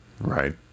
right